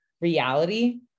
reality